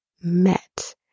met